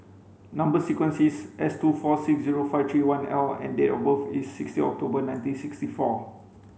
number sequence is S two four six zero five three one L and date of birth is sixteen October nineteen sixty four